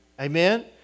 Amen